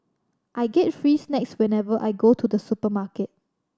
I get free snacks whenever I go to the supermarket